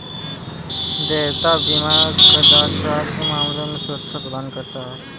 देयता बीमा कदाचार के मामले में सुरक्षा प्रदान करता है